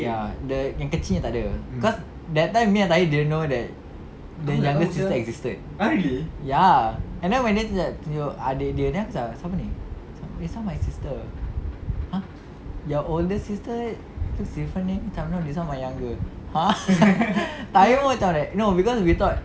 ya the yang kecil tak ada cause that time me and tahir didn't know that the youngest sister existed ya and then when dia tunjuk adik dia aku macam siapa ni this [one] my sister !huh! your older sister no this [one] my younger !huh! tahir pun macam like no cause we thought